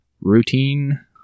routine